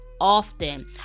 often